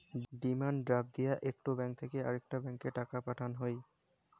demand draft দিয়া একটো bank থাকি আরেকটো ব্যাংকে টাকা পাঠান হই